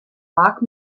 lock